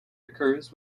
occurs